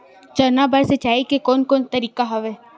चना बर सिंचाई के कोन कोन तरीका हवय?